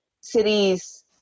cities